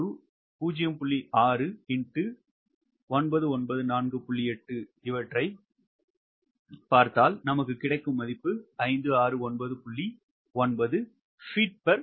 6 ஆக இருக்கும் அது 994